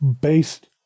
based